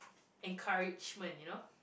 encouragement you know